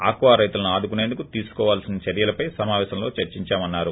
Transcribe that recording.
aqua రైతులను ఆదుకునేందుకు తీసుకోవాల్సిన చర్యలపై సమాపేశంలో చర్చించామన్నారు